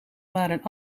waren